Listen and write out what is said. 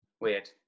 Weird